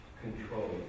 Control